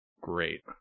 great